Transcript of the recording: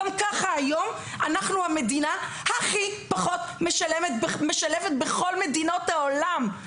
גם ככה היום אנחנו היום המדינה הכי פחות משלבת בכל מדינות העולם.